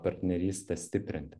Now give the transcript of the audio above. partnerystę stiprinti